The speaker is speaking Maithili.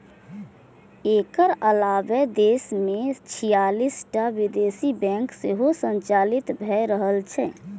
एकर अलावे देश मे छियालिस टा विदेशी बैंक सेहो संचालित भए रहल छै